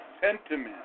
sentiment